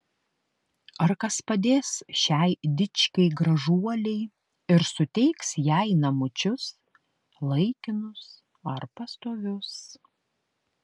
ar kas padės šiai dičkei gražuolei ir suteiks jai namučius laikinus ar pastovius